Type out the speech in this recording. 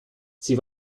sie